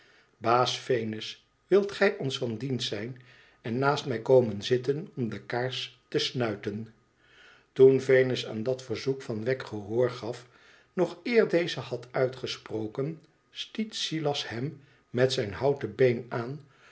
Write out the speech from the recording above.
baas venus wilt gij ons van dienst zijn en naast mij komen zitten om de kaars te snuiten toen venus aan dat verzoek van wegg gehoor gaf nog eer deze had uitgesproken stiet silas hem met zijn houten been aan